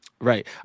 Right